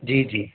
जी जी